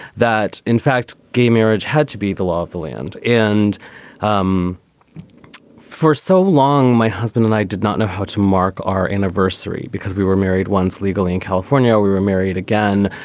that in fact gay marriage had to be the law of the land. and um for so long, my husband and i did not know how to mark our anniversary because we were married once legally in california. we were married again,